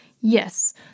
Yes